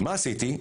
מה עשיתי?